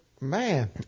Man